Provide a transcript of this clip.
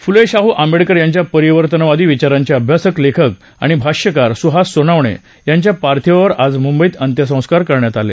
फुले शाह् आंबडेकर यांच्या परिवर्तनवादी विचारांचे अभ्यासक लेखक आणि भाष्यकार सुहास सोनावणे यांच्या पार्थिवावर आज मुंबईत अत्यंस्कार करण्यात आले